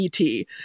et